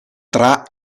tra